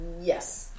Yes